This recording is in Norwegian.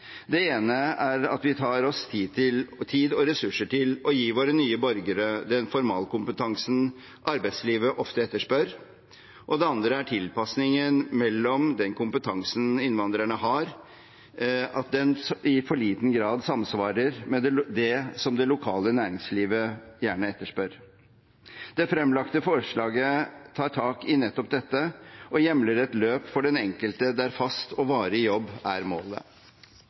Det ene er at vi tar oss tid og ressurser til å gi våre nye borgere den formalkompetansen arbeidslivet ofte etterspør, og det andre er at tilpasningen av den kompetansen innvandrerne har, i for liten grad samsvarer med det som det lokale næringslivet gjerne etterspør. Det fremlagte forslaget tar tak i nettopp dette, og hjemler et løp for den enkelte der fast og varig jobb er målet.